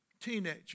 teenager